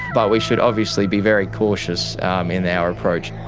but we should obviously be very cautious in our approach.